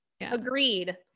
Agreed